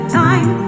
time